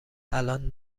الان